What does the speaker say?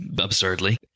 absurdly